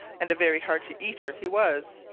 and a very hearty eater he was,